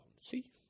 see